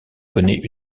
connaît